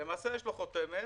למעשה יש לו חותמת